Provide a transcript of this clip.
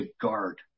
guard